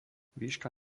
výška